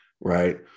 right